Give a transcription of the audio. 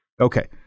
Okay